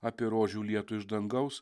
apie rožių lietų iš dangaus